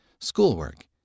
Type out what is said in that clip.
schoolwork